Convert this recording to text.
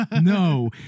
no